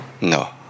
No